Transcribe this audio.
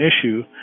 issue